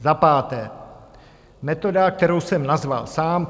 Za páté metoda, kterou jsem nazval sám.